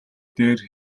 дээр